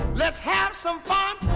let's have some fun